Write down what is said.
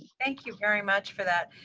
thank you very much for that.